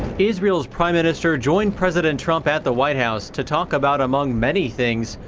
israel's prime minister joined president trump at the white house to talk about, among many things,